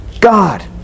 God